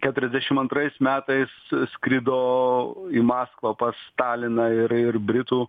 keturiasdešim antrais metais skrido į maskvą pas staliną ir ir britų